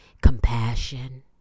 compassion